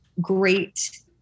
great